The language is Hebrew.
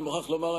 אני מוכרח לומר,